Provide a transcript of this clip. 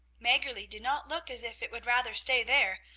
maggerli did not look as if it would rather stay there,